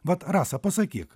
vat rasa pasakyk